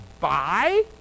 buy